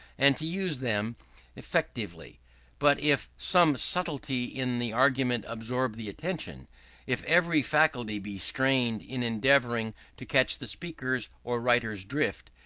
and to use them effectively but if some subtlety in the argument absorb the attention if every faculty be strained in endeavouring to catch the speaker's or writer's drift,